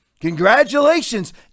Congratulations